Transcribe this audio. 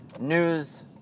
news